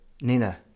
nina